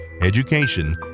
education